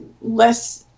less